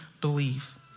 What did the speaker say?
believe